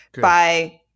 by-